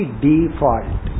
default